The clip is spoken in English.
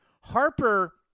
Harper